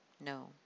No